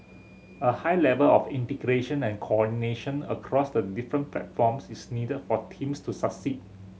a high level of integration and coordination across the different platforms is needed for teams to succeed